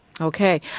Okay